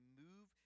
move